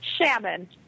Shannon